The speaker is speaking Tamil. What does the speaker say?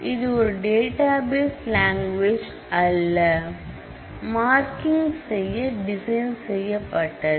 இது ஒரு டேட்டாபேஸ் லாங்குவேஜ் அல்ல மார்க்கிங் செய்ய டிசைன் செய்யப்பட்டது